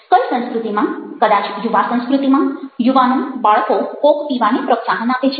કઈ સંસ્કૃતિમાં કદાચ યુવા સંસ્કૃતિમાં યુવાનો બાળકો કોક પીવાને પ્રોત્સાહન આપે છે